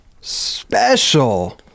special